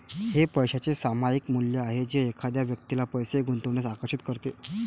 हे पैशाचे सामायिक मूल्य आहे जे एखाद्या व्यक्तीला पैसे गुंतवण्यास आकर्षित करते